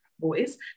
boys